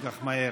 כל כך מהר.